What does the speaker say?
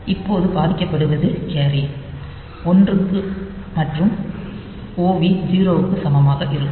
இப்போது பாதிக்கப்படுவது கேரி ஒன்றுக்கும் மற்றும் OV 0 க்கு சமமாக இருக்கும்